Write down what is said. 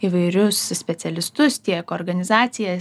įvairius specialistus tiek organizacijas